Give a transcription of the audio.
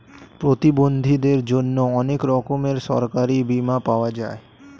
প্রতিবন্ধীদের জন্যে অনেক রকমের সরকারি বীমা পাওয়া যায়